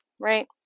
right